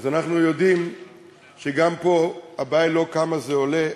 אז אנחנו יודעים שגם פה הבעיה היא לא כמה זה עולה,